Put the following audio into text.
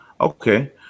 Okay